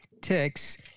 text